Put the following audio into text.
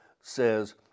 says